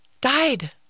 Died